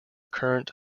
current